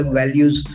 values